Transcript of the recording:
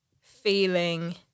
feeling